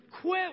quit